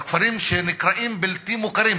על כפרים שנקראים "בלתי מוכרים".